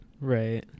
Right